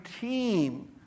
team